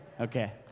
Okay